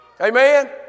Amen